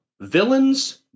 villains